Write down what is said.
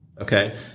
Okay